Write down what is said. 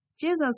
Jesus